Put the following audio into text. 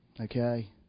Okay